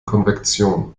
konvektion